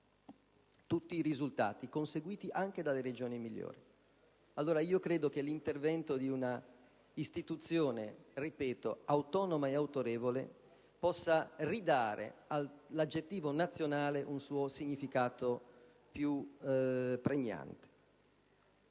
anche di quelli conseguiti dalle Regioni migliori. Credo che l'intervento di un'istituzione, ripeto, autonoma e autorevole possa ridare all'aggettivo nazionale un suo significato più pregnante.